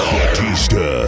Batista